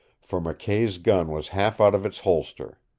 for mckay's gun was half out of its holster.